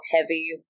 heavy